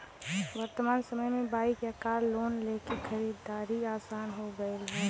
वर्तमान समय में बाइक या कार लोन लेके खरीदना आसान हो गयल हौ